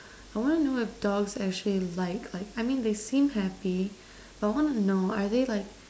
I want to know if dogs actually like like I mean they seem happy but I want to know are they like